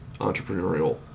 entrepreneurial